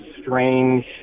strange